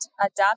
Adapt